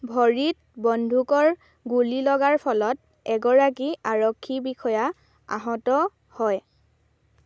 ভৰিত বন্দুকৰ গুলী লগাৰ ফলত এগৰাকী আৰক্ষী বিষয়া আহত হয়